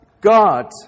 God